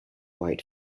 white